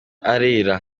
arera